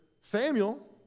Samuel